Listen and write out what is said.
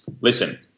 listen